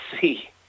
see